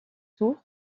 tours